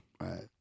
Right